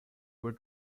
were